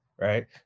right